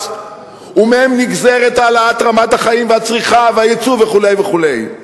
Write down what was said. ומהם נגזרת העלאת רמת החיים והצריכה והיצוא וכו' וכו',